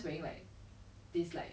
so backward